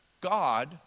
God